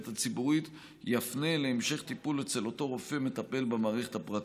הציבורית יפנה להמשך טיפול אצל אותו רופא מטפל במערכת הפרטית.